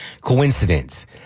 coincidence